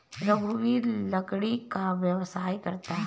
रघुवीर लकड़ी का व्यवसाय करता है